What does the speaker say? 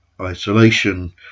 isolation